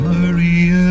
Maria